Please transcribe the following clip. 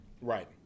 Right